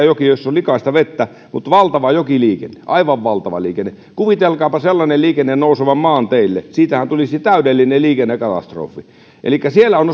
joki jossa on likaista vettä mutta siellä on myös valtava jokiliikenne aivan valtava liikenne kuvitelkaapa sellaisen liikenteen nousevan maanteille siitähän tulisi täydellinen liikennekatastrofi elikkä siellä on